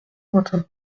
quentin